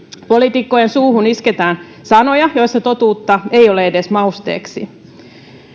poliitikkojen suuhun isketään sanoja joissa totuutta ei ole edes mausteeksi